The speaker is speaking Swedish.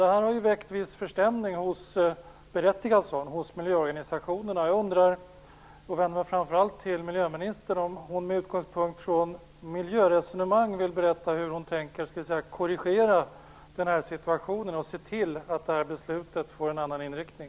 Det här har väckt viss förstämning, berättigad sådan, hos miljöorganisationerna. Jag undrar om miljöministern med utgångspunkt i miljöresonemang vill berätta hur hon tänker korrigera den här situationen och se till att det här beslutet får en annan inriktning.